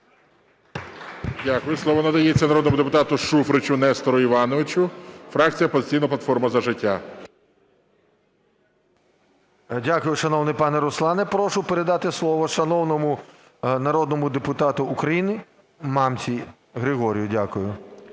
Дякую. Слово надається народному депутату Шуфричу Нестору Івановичу, фракція "Опозиційна платформа – За життя" 14:50:41 ШУФРИЧ Н.І. Дякую, шановний пане Руслане. Прошу передати слово шановному народному депутату України Мамці Григорію. Дякую.